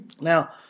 Now